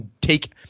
take